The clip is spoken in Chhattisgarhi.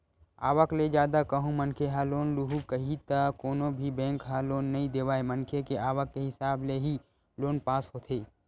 आवक ले जादा कहूं मनखे ह लोन लुहूं कइही त कोनो भी बेंक ह लोन नइ देवय मनखे के आवक के हिसाब ले ही लोन पास होथे